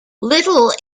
little